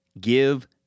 give